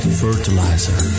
fertilizer